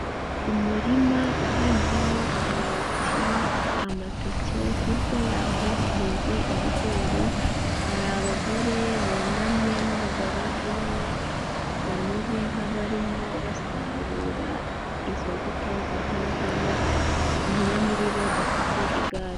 Umurima uhinzemo karoti, amateke hirya yaho hahinze ibigori hari abagore bunamye n'umugabo umwe bameze nk'abarimo basarura izo mbuto zihinzemo umwe muri bo afite igare.